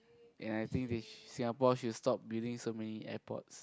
and I think that S~ Singapore should stop building so many airports